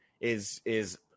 is—is